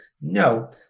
No